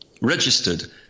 registered